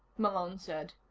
malone said.